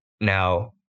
Now